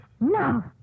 Now